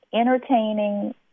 entertaining